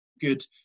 good